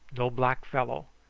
no black fellow.